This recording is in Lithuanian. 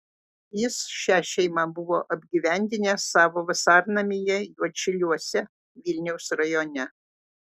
jis šią šeimą buvo apgyvendinęs savo vasarnamyje juodšiliuose vilniaus rajone